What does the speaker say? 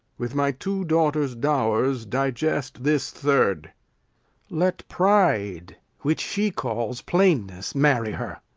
with my two daughters' dowers digest this third let pride, which she calls plainness, marry her.